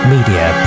Media